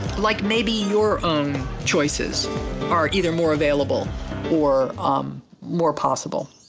like maybe your own choices are either more available or um more possible.